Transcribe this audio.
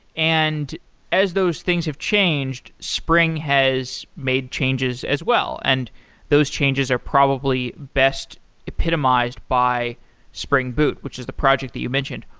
and as those things have changed, spring has made changes as well and those changes are probably best epitomized by spring boot, which is the project that you mentioned.